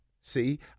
see